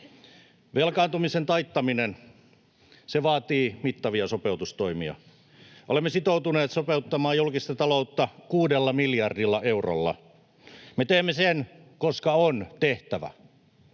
Velkaantumisen taittaminen — se vaatii mittavia sopeutustoimia. Olemme sitoutuneet sopeuttamaan julkista taloutta kuudella miljardilla eurolla. Me teemme sen, koska on tehtävä.